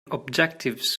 objectives